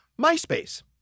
MySpace